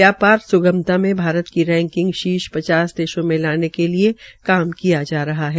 व्यापार सुगमता में भारत की रैकिंग शीर्ष पचास देशों में लाने के लिये काम किया जा रहा है